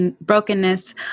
brokenness